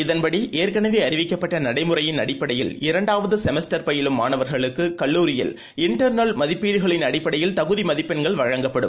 இதன்படிஏற்கனவேஅறிவிக்கப்பட்டநடைமுறையின் அடிப்படையில் இரண்டாவதுசெமஸ்டர் பயிலும் மாணவர்களுக்குகல்லூரியில் மதிப்பீடுகளின் இண்டர்நெல் அடிப்படையில் தகுதிமதிப்பெண்கள் வழங்கப்படும்